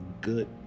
good